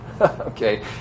okay